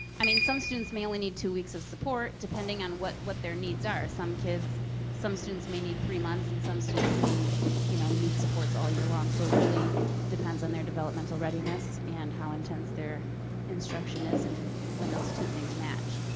i mean, some students may only need two weeks of support, depending on what what their needs are. some students may need three months and some students may you know need supports all year long, so it really depends on their developmental readiness and how intense their instruction is and when those two things match.